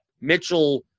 Mitchell